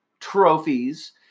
trophies